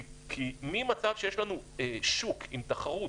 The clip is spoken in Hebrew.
כי ממצב שיש לנו שוק עם תחרות,